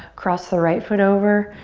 cross the right foot over,